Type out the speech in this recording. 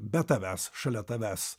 be tavęs šalia tavęs